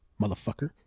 motherfucker